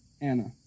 Anna